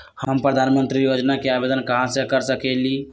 हम प्रधानमंत्री योजना के आवेदन कहा से कर सकेली?